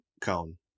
cone